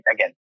Again